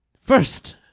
First